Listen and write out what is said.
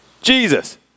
Jesus